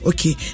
Okay